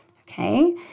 okay